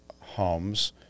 homes